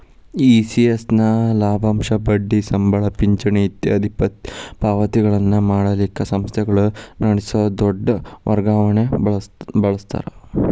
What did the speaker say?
ECS ನ ಲಾಭಾಂಶ, ಬಡ್ಡಿ, ಸಂಬಳ, ಪಿಂಚಣಿ ಇತ್ಯಾದಿ ಪಾವತಿಗಳನ್ನ ಮಾಡಲಿಕ್ಕ ಸಂಸ್ಥೆಗಳ ನಡಸೊ ದೊಡ್ ವರ್ಗಾವಣಿಗೆ ಬಳಸ್ತಾರ